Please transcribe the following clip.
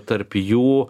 tarp jų